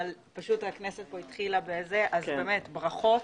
באמת ברכות,